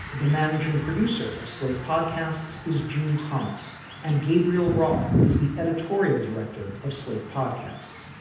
the managing producer of slate podcasts is june thomas and gabriel roth is the editorial director of slate podcasts.